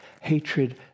hatred